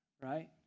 right